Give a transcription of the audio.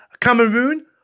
Cameroon